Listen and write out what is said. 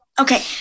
Okay